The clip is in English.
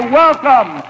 welcome